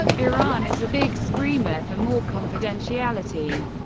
iran is a big screamer for more confidentiality.